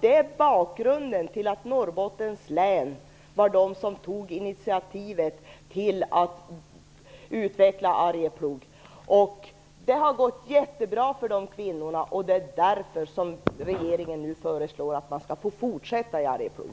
Det är bakgrunden till att man i Norrbottens län tog initiativ till att utveckla Arjeplog. Det har gått jättebra för dessa kvinnor, och det är därför regeringen nu föreslår att man skall få fortsätta i Arjeplog.